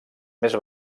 més